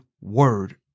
word